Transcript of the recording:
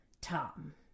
Tom